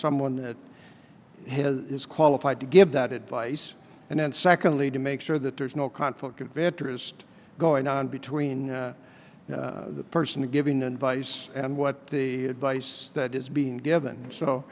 someone that has is qualified to give that advice and then secondly to make sure that there's no conflict of interest going on between the person giving advice and what the advice that is being given so